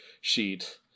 sheet